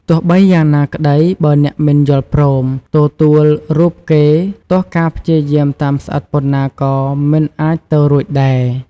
ទោះបីយ៉ាងណាក្តីបើអ្នកមិនយល់ព្រម ទទួលរូបគេទោះការព្យាយាមតាមស្អិតប៉ុនណាក៏មិនអាចទៅរួចដែរ។